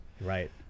Right